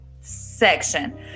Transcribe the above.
section